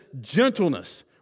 gentleness